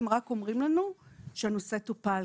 הם רק אומרים לנו שהנושא טופל.